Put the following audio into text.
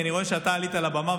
כי אני רואה שאתה עלית לבמה,